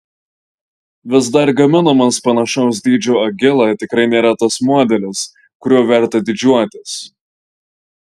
vis dar gaminamas panašaus dydžio agila tikrai nėra tas modelis kuriuo verta didžiuotis